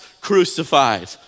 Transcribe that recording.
crucified